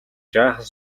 жаахан